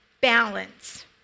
balance